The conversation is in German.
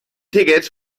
tickets